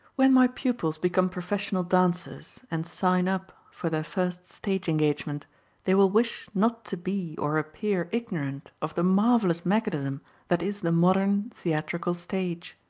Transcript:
when my pupils become professional dancers and sign up for their first stage engagement they will wish not to be or appear ignorant of the marvelous mechanism that is the modern theatrical stage.